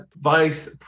vice